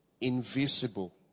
invisible